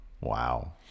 wow